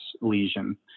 lesion